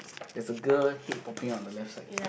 there's a girl head popping out on the left side